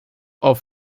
auf